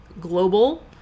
global